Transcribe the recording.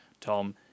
Tom